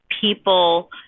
people